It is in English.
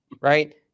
right